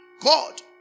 God